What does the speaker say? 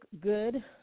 Good